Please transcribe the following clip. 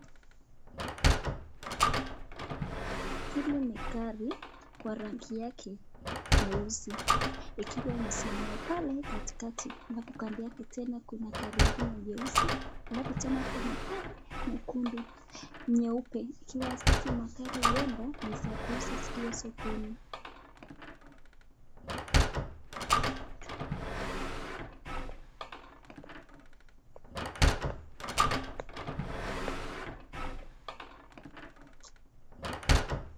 Hili ni gari kwa rangi yake nyeusi. Ikiwa imesimama pale katikati na kukandia kitena kuna gari ingine nyeusi alafu tena kuna pale nyekundu. Nyeupe. Ikiwa hizi magari huenda ni za kuuzwa zikiwa sokoni.